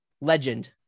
Legend